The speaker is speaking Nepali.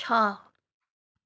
छ